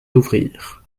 d’ouvrir